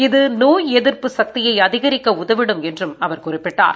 இது நோய் எதிப்பு சக்தியை அதிகரிக்க உதவிடும் என்றும் அவர் குறிப்பிட்டார்